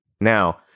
Now